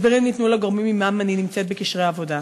הסברים ניתנו לגורמים שעמם אני נמצאת בקשרי עבודה.